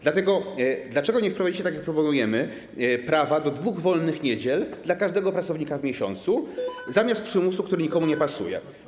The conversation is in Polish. Dlaczego nie wprowadzicie, tak jak proponujemy, prawa do dwóch wolnych niedziel dla każdego pracownika w miesiącu zamiast przymusu, który nikomu nie pasuje?